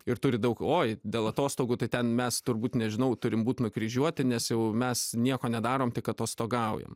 ir turi daug oi dėl atostogų tai ten mes turbūt nežinau turim būt nukryžiuoti nes jau mes nieko nedarom tik atostogaujam